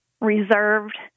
reserved